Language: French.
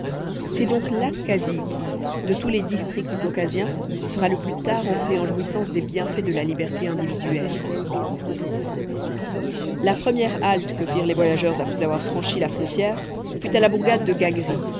c'est donc l'abkasie qui de tous les districts caucasiens sera le plus tard entré en jouissance des bienfaits de la liberté individuelle la première halte que firent les voyageurs après avoir franchi la frontière fut à la bourgade de gagri